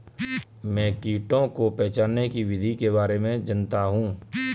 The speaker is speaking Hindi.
मैं कीटों को पहचानने की विधि के बारे में जनता हूँ